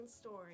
story